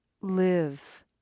live